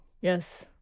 Yes